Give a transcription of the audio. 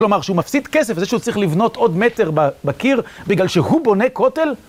כלומר, שהוא מפסיד כסף, זה שהוא צריך לבנות עוד מטר בקיר בגלל שהוא בונה כותל?